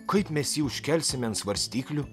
kaip mes jį užkelsime ant svarstyklių